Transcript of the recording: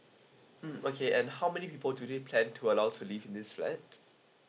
mm okay and how many people do they plan to allow to live in this flat